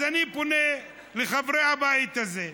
אז אני פונה לחברי הבית הזה: